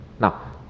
Now